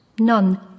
None